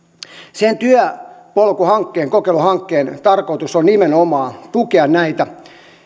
sen työpolku hankkeen kokeiluhankkeen tarkoitus on nimenomaan tukea näitä